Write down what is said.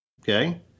Okay